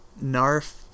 Narf